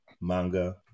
manga